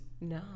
No